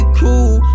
cool